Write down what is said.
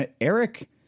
Eric